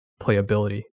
playability